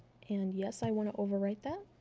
and yes i want to overwrite that